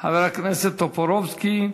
טופורובסקי,